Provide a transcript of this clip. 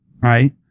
right